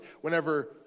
whenever